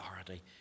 authority